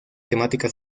temática